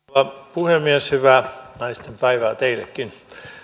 puhemies hyvää naistenpäivää teillekin